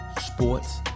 sports